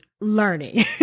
learning